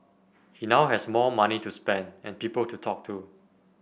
he now has more money to spend and people to talk to